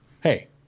Hey